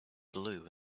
blue